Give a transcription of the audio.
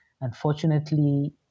unfortunately